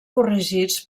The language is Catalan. corregits